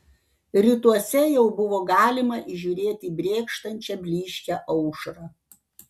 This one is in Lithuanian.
rytuose jau buvo galima įžiūrėti brėkštančią blyškią aušrą